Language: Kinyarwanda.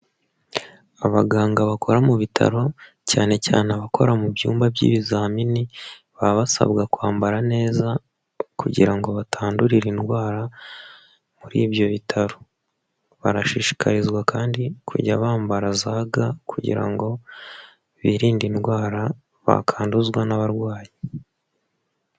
Abaganga bakora mu bitaro cyane cyane abakora mu byumba by'ibizamini, baba basabwa kwambara neza kugira ngo batandurire indwara muri ibyo bitaro. Barashishikarizwa kandi kujya bambara za ga kugira ngo birinde indwara bakanduzwa n'abarwayi.